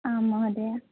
आम् महोदय